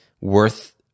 worth